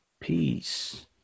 Peace